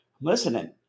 listening